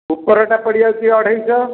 ଉପରଟା ପଡ଼ିଯାଉଛି ଅଢ଼େଇଶ